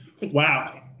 wow